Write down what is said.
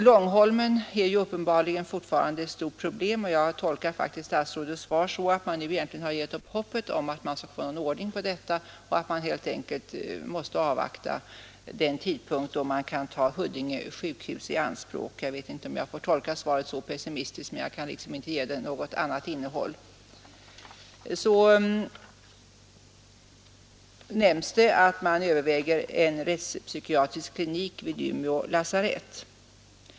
Långholmen är emellertid uppenbarligen ett stort problem. Jag tolkar statsrådets svar så, att man nu faktiskt har gett upp hoppet om att få någon egentlig ordning på detta problem och helt enkelt måste avvakta den tidpunkt då man kan ta Huddinge sjukhus i anspråk. — Jag vet inte om jag får tolka svaret så pessimistiskt, men jag kan liksom inte ge det någon annan innebörd. Vidare nämns i svaret att man överväger att inrätta en rättspsykiatrisk klinik vid Umeå lasarett.